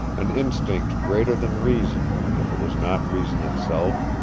an instinct greater than reason, if it was not reason itself,